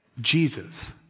Jesus